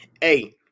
Hey